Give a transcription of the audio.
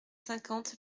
cinquante